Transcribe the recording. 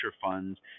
funds